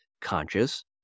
conscious